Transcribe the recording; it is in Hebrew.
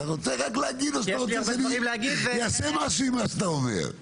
אתה רוצה רק להגיד או שאתה רוצה שאני אעשה משהו עם מה שאתה אומר?